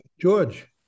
George